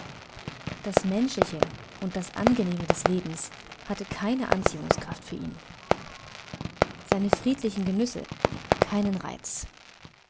das menschliche und das angenehme des lebens hatte keine anziehungskraft für ihn seine friedlichen genüsse keinen reiz